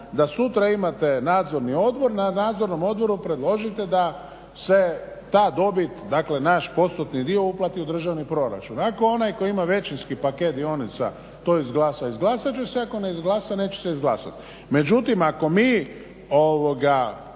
da sutra imate nadzorni odbor, na nadzornom odboru predložite da se ta dobit, dakle naš postotni dio uplati u državni proračun. Ako onaj tko ima većinski paket dionica to izglasa izglasat će se, a ako ne izglasa neće se izglasati. Međutim, ako mi